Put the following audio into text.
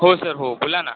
हो सर हो बोला ना